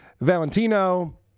Valentino